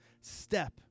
step